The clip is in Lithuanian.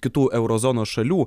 kitų euro zonos šalių